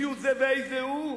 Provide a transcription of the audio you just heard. מיהו זה ואיזה הוא?